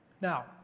Now